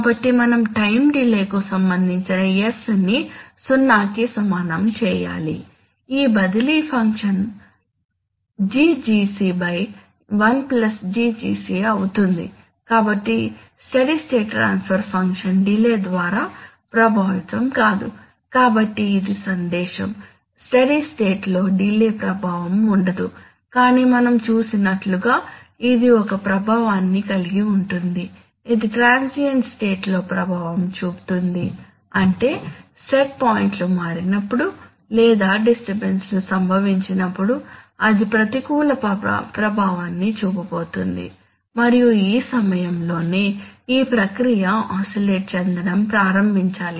కాబట్టి మనం time delay కు సంబంధించి s ని 0 కి సమానంగా సెట్ చేయాలి ఈ బదిలీ ఫంక్షన్ GGc 1 GGc అవుతుంది కాబట్టి steady state transfer function delay ద్వారా ప్రభావితం కాదు కాబట్టి ఇది సందేశం స్టడీ స్టేట్ లో డిలే ప్రభావం ఉండదు కానీ మనం చూసినట్లుగా ఇది ఒక ప్రభావాన్ని కలిగి ఉంది ఇది ట్రాన్సియెంట్ స్టేట్ లో ప్రభావం చూపుతుంది అంటే సెట్ పాయింట్లు మారినప్పుడు లేదా డిస్టర్బన్స్ లు సంభవించినప్పుడు అది ప్రతికూల ప్రభావాన్ని చూపబోతోంది మరియు ఈ సమయంలోనే ఈ ప్రక్రియ ఆసిలేట్ చెందడం ప్రారంభించాలి